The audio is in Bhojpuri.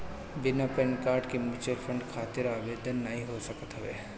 बिना पैन कार्ड के म्यूच्यूअल फंड खातिर आवेदन नाइ हो सकत हवे